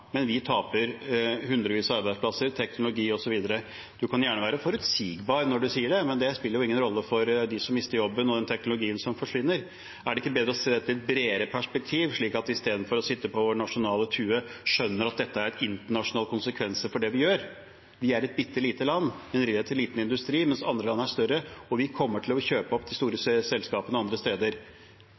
men vi taper hundrevis av arbeidsplasser, teknologi osv. Man kan gjerne være forutsigbar når man sier det, men det spiller jo ingen rolle for dem som mister jobben, og den teknologien som forsvinner. Er det ikke bedre å se dette i et bredere perspektiv, slik at vi i stedet for å sitte på vår nasjonale tue skjønner at det er internasjonale konsekvenser av det vi gjør? Vi er et bitte lite land, en relativt liten industri, mens andre land er større, og vi kommer til å kjøpe opp de store selskapene andre steder.